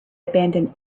abandoned